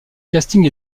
casting